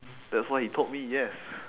that's what he told me yes